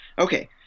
Okay